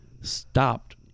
stopped